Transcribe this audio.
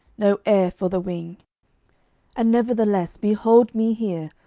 no air for the wing and nevertheless behold me here,